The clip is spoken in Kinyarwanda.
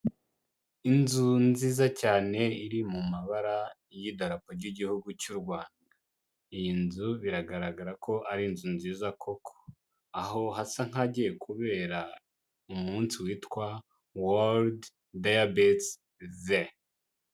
Inzu nziza cyane iri mu mabara y'idarapo ry'Igihugu cy'u Rwanda. Iyi nzu biragaragara ko ari inzu nziza koko aho hasa nk'ahagiye kubera umunsi witwa World Diabetes Day.